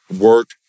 work